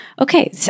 Okay